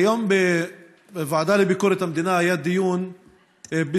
היום בוועדה לביקורת המדינה היה דיון בסוגיית